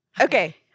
Okay